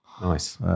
Nice